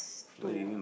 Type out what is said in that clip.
two